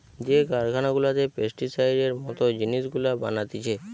যে কারখানা গুলাতে পেস্টিসাইডের মত জিনিস গুলা বানাতিছে